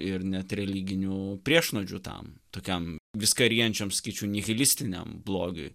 ir net religinių priešnuodžių tam tokiam viską ryjančiam sakyčiau nihilistiniam blogiui